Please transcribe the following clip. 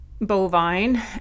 bovine